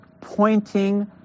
pointing